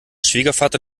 schwiegervater